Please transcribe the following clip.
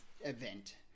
event